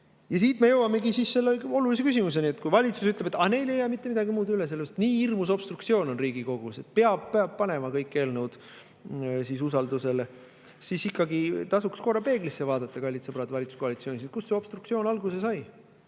me jõuamegi selle olulise küsimuseni, et kui valitsus ütleb, et neil ei jää mitte midagi muud üle, sest nii hirmus obstruktsioon on Riigikogus, et peab panema kõik eelnõud usaldus[hääletusele], siis tasuks ikkagi korra peeglisse vaadata, kallid sõbrad valitsuskoalitsioonis. Kust see obstruktsioon alguse sai?